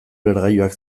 lehergailuak